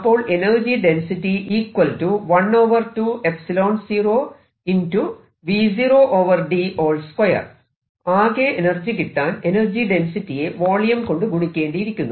അപ്പോൾ energy density ആകെ energy കിട്ടാൻ എനർജി ഡെൻസിറ്റിയെ വോളിയം കൊണ്ട് ഗുണിക്കേണ്ടിയിരിക്കുന്നു